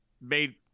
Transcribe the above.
made